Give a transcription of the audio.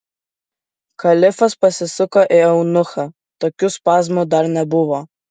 kalifas pasisuko į eunuchą tokių spazmų dar nebuvo